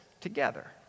together